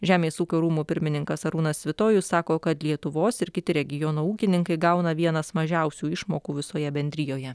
žemės ūkio rūmų pirmininkas arūnas svitojus sako kad lietuvos ir kiti regiono ūkininkai gauna vienas mažiausių išmokų visoje bendrijoje